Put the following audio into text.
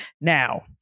Now